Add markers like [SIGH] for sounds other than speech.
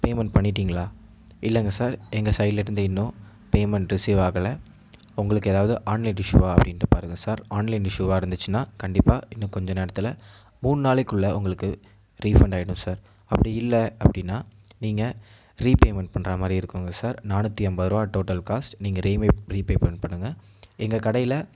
payment பண்ணிவிட்டிங்ளா இல்லைங்க sir எங்கள் சைடுலந்து இன்னும் பேமெண்ட் ரிசீவ் ஆகலை உங்களுக்கு எதாவது ஆன்லைன் இஸ்ஷுவாக அப்படின்ட் பாருங்கள் சார் ஆன்லைன் இஸ்ஷுவாக இருந்துச்சுன்னா கண்டிப்பாக இன்னும் கொஞ்சம் நேரத்தில் மூணு நாளைக்குள்ளே உங்களுக்கு ரீஃபண்ட் ஆயிடும் சார் அப்படி இல்லை அப்படினா நீங்கள் ரீபேமெண்ட் பண்ணுறாமாரி இருக்குங்க சார் நானூற்றி ஐம்பது ரூபாய் டோட்டல் காஸ்ட் நீங்கள் [UNINTELLIGIBLE] ரீபேமெண்ட் பண்ணுங்கள் எங்கள் கடையில